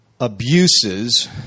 abuses